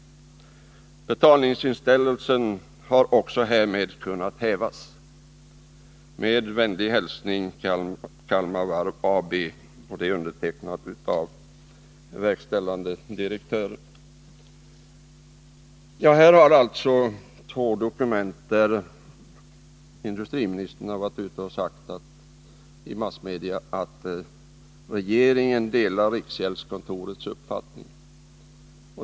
Betalningsinställelsen har också härigenom kunnat hävas.” Skrivelsen är undertecknad av verkställande direktören. Detta var alltså två dokument, av vilka det framgår att industriministern bl.a. för massmedia uttalat att regeringen delar riksgäldskontorets uppfattning.